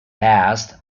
past